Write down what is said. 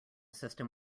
system